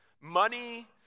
Money